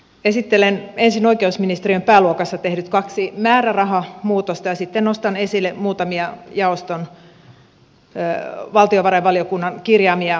esittelen ensin oikeusministeriön pääluokassa tehdyt kaksi määrärahamuutosta ja sitten nostan esille muutamia valtiovarainvaliokunnan kirjaamia jaoston huomioita